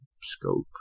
scope